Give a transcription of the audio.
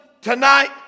tonight